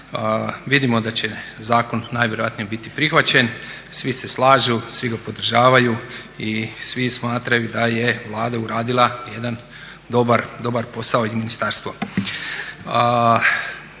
Vidimo da će zakon najvjerojatnije biti prihvaćen, svi se slažu, svi ga podržavaju i svi smatraju da je Vlada uradila jedan dobar posao i ministarstvo.